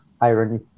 irony